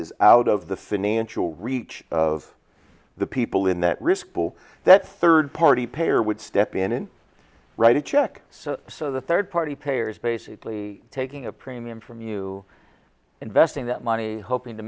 is out of the financial reach of the people in that risk pool that third party payer would step in and write a check so the third party payors basically taking a premium from you investing that money hoping to